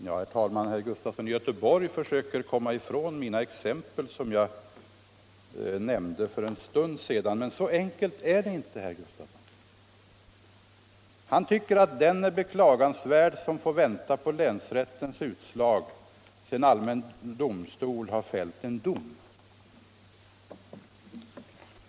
Herr talman! Herr Sven Gustafson i Göteborg försöker komma ifrån de exempel som jag nämnde för en stund sedan, men så enkelt är det inte. Han tycker att den är beklagansvärd som får vänta på länsrättens utslag sedan allmän domstol har fällt en dom.